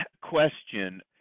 question